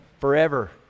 forever